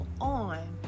on